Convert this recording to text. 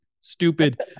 stupid